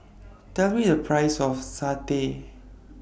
Tell Me The Price of Satay